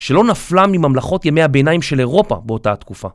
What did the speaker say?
שלא נפלה מממלכות ימי הביניים של אירופה באותה התקופה.